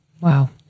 Wow